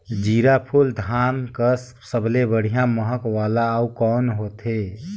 जीराफुल धान कस सबले बढ़िया महक वाला अउ कोन होथै?